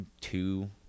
two